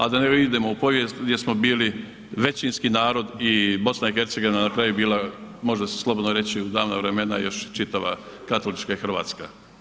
A da ne idemo u povijest gdje smo bili većinski narod i BiH je na kraju bila može se slobodno reći, u davna vremena još čitava katolička i hrvatska.